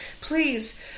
please